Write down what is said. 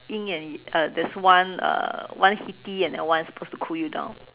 yin and uh there's one uh uh one heaty and one suppose to cool you down